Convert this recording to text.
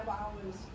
hours